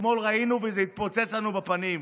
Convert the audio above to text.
אתמול ראינו, וזה התפוצץ לנו בפנים,